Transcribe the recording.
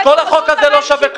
אז כל החוק הזה לא שווה כלום.